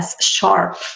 sharp